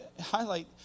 highlight